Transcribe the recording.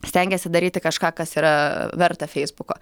stengiasi daryti kažką kas yra verta feisbuko